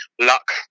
luck